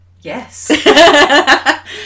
Yes